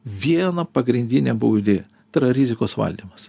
viena pagrindinė buvo idėja tai yra rizikos valdymas